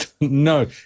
No